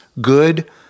good